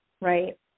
right